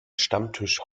stammtisch